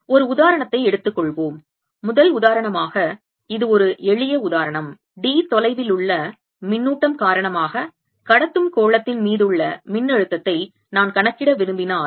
ஒரு உதாரணத்தை எடுத்துக்கொள்வோம் முதல் உதாரணமாக இது ஒரு எளிய உதாரணம் d தொலைவிலுள்ள மின்னூட்டம் காரணமாக கடத்தும் கோளத்தின் மீது உள்ள மின்னழுத்தத்தை நான் கணக்கிட விரும்பினால்